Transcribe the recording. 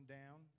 down